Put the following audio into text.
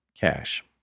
cash